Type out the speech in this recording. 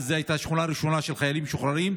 אז זאת הייתה שכונה ראשונה של חיילים משוחררים,